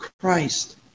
Christ